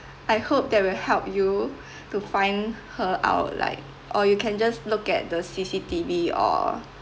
I hope that will help you to find her out like or you can just look at the C_C_T_V or